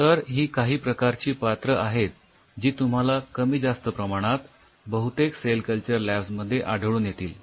तर ही काही प्रकारची पात्र आहेत जी तुम्हाला कमी जास्त प्रमाणात बहुतेक सेल कल्चर लॅब्स मध्ये आढळून येतील